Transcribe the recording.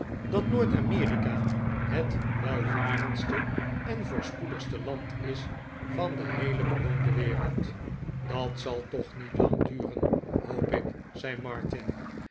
dat noord-amerika het welvarendste en voorspoedigste land is van de heele bewoonde wereld dat zal toch niet lang duren hoop ik zei martin